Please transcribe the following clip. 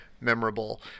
memorable